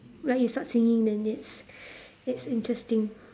like you start singing then it's it's interesting